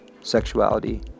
sexuality